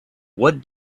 what